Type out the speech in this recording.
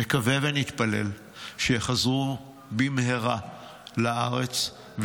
נקווה ונתפלל שיחזרו במהרה לארץ,